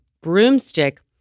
broomstick